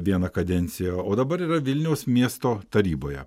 vieną kadenciją o dabar yra vilniaus miesto taryboje